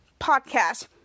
podcast